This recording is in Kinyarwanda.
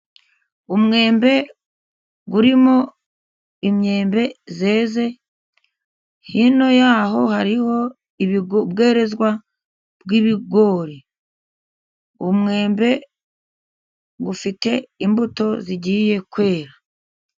Umwembe urimo imyembe yeze, hino y'aho hariho ibi ubwerezwa bw'ibigori, umwembe ufite imbuto zigiye kwera.